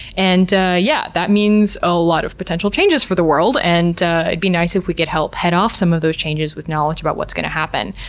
and ah yeah that means a lot of potential changes for the world, and it'd be nice if we could help head off some of those changes with knowledge about what's going to happen.